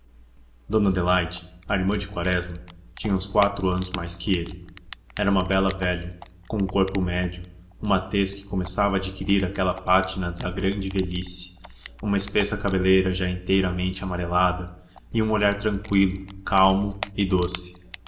dona adelaide a irmã de quaresma tinha uns quatro anos mais que ele era uma bela velha com um corpo médio uma tez que começava a adquirir aquela pátina da grande velhice uma espessa cabeleira já inteiramente amarelada e um olhar tranqüilo calmo e doce